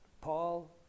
Paul